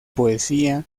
poesía